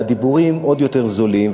והדיבורים עוד יותר זולים.